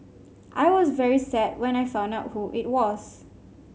I was very sad when I found out who it was